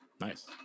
nice